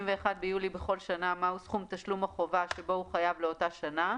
ביולי בכל שנה מהו סכום תשלום החובה שבו הוא חייב לאותה שנה,